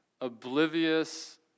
oblivious